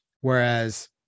Whereas –